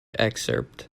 excerpt